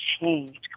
changed